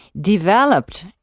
developed